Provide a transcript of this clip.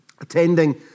Attending